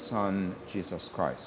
son jesus christ